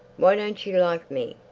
why don't you like me?